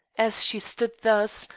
as she stood thus,